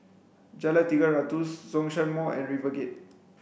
Jalan Tiga Ratus Zhongshan Mall and RiverGate